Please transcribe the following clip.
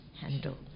handle